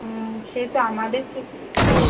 হুম সে তো আমাদের সে হ্যাঁ